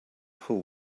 full